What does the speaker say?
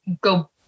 go